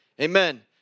amen